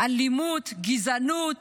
שיש אלימות, גזענות